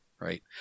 Right